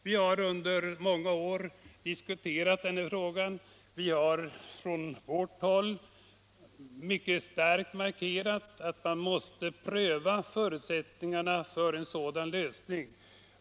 Vi har under många år diskuterat den här frågan. Vi har från vårt håll mycket starkt markerat att man måste pröva förutsättningarna för en sådan lösning.